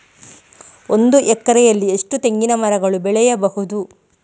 ಒಂದು ಎಕರೆಯಲ್ಲಿ ಎಷ್ಟು ತೆಂಗಿನಮರಗಳು ಬೆಳೆಯಬಹುದು?